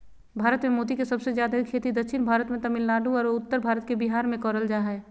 भारत मे मोती के सबसे जादे खेती दक्षिण भारत मे तमिलनाडु आरो उत्तर भारत के बिहार मे करल जा हय